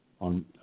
on